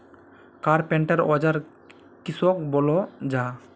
Carpenter औजार किसोक बोलो जाहा?